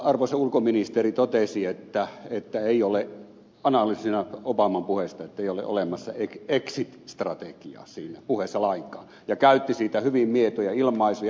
arvoisa ulkoministeri totesi analyysinä obaman puheista että ei ole olemassa exit strategiaa siinä puheessa lainkaan ja käytti siitä hyvin mietoja ilmaisuja